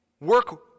work